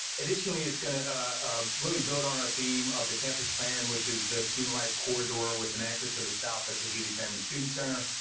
additionally, it's gonna ah really build on our theme of the campus plan, which is the student life corridor with an anchor to the south at the healy family student center,